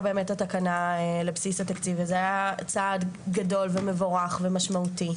באמת התקנה לבסיס התקציב וזה היה צעד גדול ומבורך ומשמעותי,